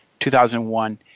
2001